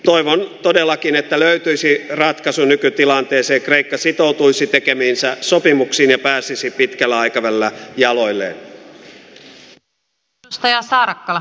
toivon todellakin että löytyisi ratkaisu nykytilanteeseen kreikka sitoutuisi tekemiinsä sopimuksiin ja pääsisi pitkällä aikavälillä jaloilleen